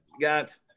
got